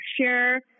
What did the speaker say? Share